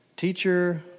Teacher